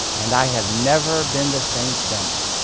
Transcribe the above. and i have never been the same since.